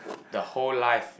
the whole life